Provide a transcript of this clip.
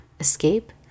escape